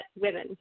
women